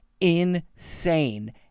insane